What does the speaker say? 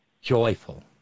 joyful